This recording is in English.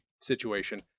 situation